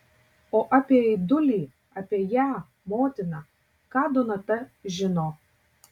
o apie aidulį apie ją motiną ką donata žino